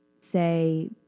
say